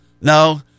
no